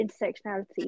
intersectionality